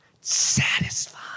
satisfied